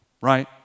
right